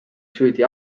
süüdi